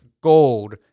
gold